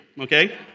okay